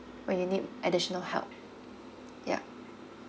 when you need additional help yup